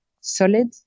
solid